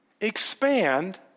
expand